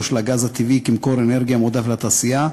של הגז הטבעי כמקור אנרגיה מועדף לתעשייה,